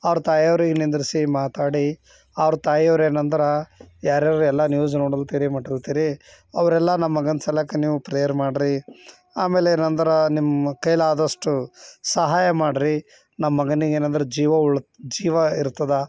ಅವ್ರ ತಾಯವರಿಗೆ ನಿಂದ್ರಿಸಿ ಮಾತಾಡಿ ಅವ್ರ ತಾಯಿಯವ್ರು ಏನಂದ್ರು ಯಾರ್ಯಾರು ಎಲ್ಲ ನ್ಯೂಸ್ ನೋಡಲ್ತಿರಿ ಮಟ್ಲತ್ತಿರಿ ಅವರೆಲ್ಲ ನಮ್ಮ ಮಗಂದು ಸಲಾಕ ನೀವು ಪ್ರೇಯರ್ ಮಾಡಿರಿ ಆಮೇಲೆ ಏನೆಂದ್ರೆ ನಿಮ್ಮ ಕೈಲಾದಷ್ಟು ಸಹಾಯ ಮಾಡಿರಿ ನಮ್ಮ ಮಗನಿಗೆ ಮಾಡಿಕೊಂಡೆ ಜೀವ ಉಳಿ ಜೀವ ಇರ್ತದೆ